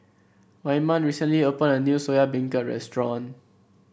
Wyman recently opened a new Soya Beancurd Restaurant